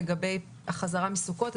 לגבי החזרה אחרי סוכות.